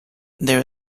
there